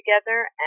together